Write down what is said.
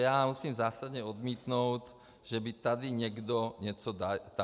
Musím zásadně odmítnout, že by tady někdo něco tajil.